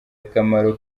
akamaro